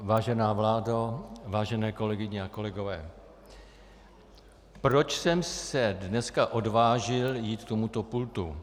Vážená vládo, vážené kolegyně a kolegové, proč jsem se dneska odvážil jít k tomuto pultu?